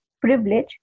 privilege